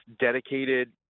dedicated